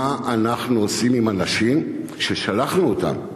מה אנחנו עושים עם אנשים ששלחנו אותם לשיקום?